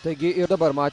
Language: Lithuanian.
taigi ir dabar ma